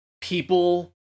people